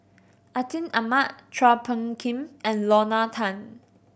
Atin Amat Chua Phung Kim and Lorna Tan